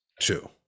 Two